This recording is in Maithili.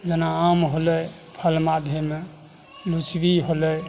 जेना आम होलै फल माध्येमे लिची होलै